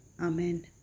Amen